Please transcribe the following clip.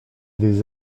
des